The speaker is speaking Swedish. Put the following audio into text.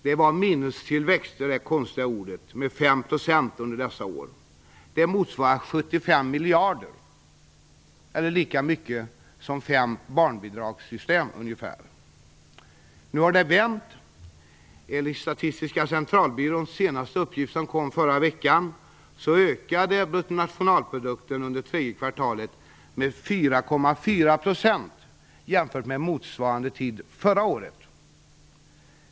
Det var det konstiga ordet minustillväxt med fem procent under dessa år. Det motsvarar 75 miljarder kronor eller ungefär lika mycket som fem barnbidragssystem. Nu har det vänt. Enligt Statistiska Centralbyråns senaste uppgifter som presenterades förra veckan ökade bruttonationalprodukten under tredje kvartalet med 4,4 % jämfört med motsvarande tid förra året.